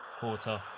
Porter